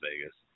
Vegas